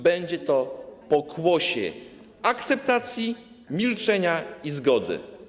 Będzie to pokłosie akceptacji, milczenia i zgody.